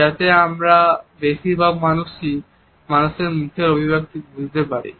যাতে আমরা বেশিভাগই সহজে মানুষের মুখের অভিব্যক্তি বুঝতে পারি